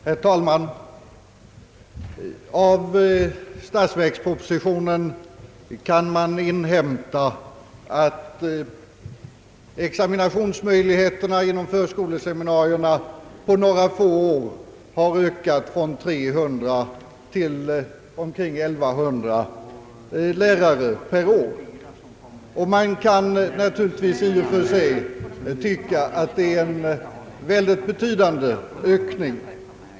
Herr talman! Av statsverkspropositionen kan man inhämta att examinationsmöjligheterna inom förskoleseminarierna på några få år har ökat från 300 till omkring 1100 lärare per år. Man kan naturligtvis tycka att det är en mycket betydande ökning.